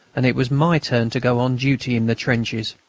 and it was my turn to go on duty in the trenches.